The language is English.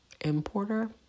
importer